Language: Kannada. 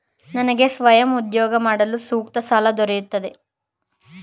ನನಗೆ ಸ್ವಯಂ ಉದ್ಯೋಗ ಮಾಡಲು ಸೂಕ್ತ ಸಾಲ ದೊರೆಯುತ್ತದೆಯೇ?